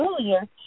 earlier